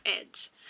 ads